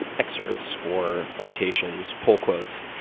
excerpts or quotations poll quotes.